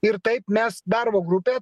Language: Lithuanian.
ir taip mes darbo grupė